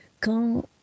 quand